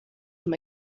him